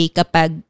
kapag